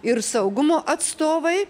ir saugumo atstovai